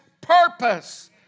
purpose